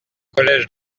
collège